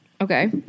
Okay